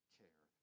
care